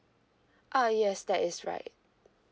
uh yes that is right